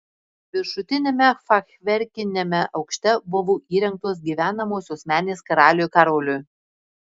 viršutiniame fachverkiniame aukšte buvo įrengtos gyvenamosios menės karaliui karoliui